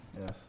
Yes